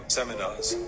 seminars